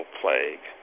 plague